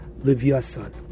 Livyasan